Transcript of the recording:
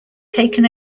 taken